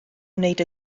wneud